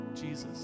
Jesus